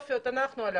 עכשיו,